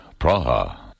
Praha